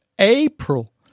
April